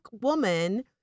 woman